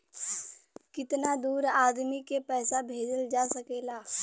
कितना दूर आदमी के पैसा भेजल जा सकला?